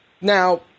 Now